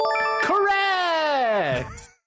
Correct